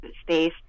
space